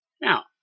Now